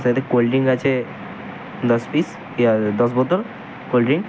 সাথে cold drink আছে দশ পিস ইয়ার দশ বোতল কোল্ড ড্রিং